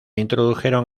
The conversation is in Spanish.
introdujeron